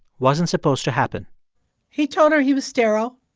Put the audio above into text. wasn't supposed to happen he told her he was sterile.